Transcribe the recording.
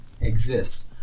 exists